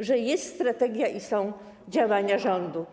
że jest strategia i są działania rządu?